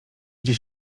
gdzie